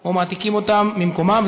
או מעתיקים אותן ממקומן,